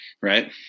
right